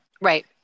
Right